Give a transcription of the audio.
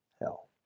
hell